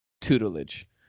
tutelage